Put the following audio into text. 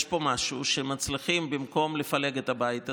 פה משהו שמצליחים במקום לפלג את הבית הזה,